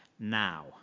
now